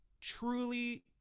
truly